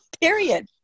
Period